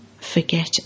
forget